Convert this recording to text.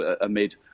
amid